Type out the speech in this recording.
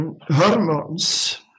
hormones